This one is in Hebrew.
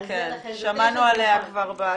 שמענו עליה כבר.